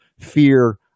Fear